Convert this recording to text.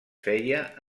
feia